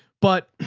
but,